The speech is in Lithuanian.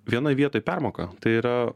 vienoj vietoj permoka tai yra